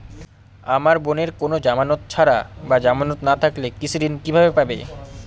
আমার বোনের কোন জামানত ছাড়া বা জামানত না থাকলে কৃষি ঋণ কিভাবে পাবে?